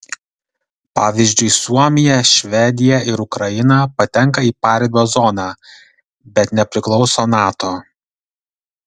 pavyzdžiui suomija švedija ir ukraina patenka į paribio zoną bet nepriklauso nato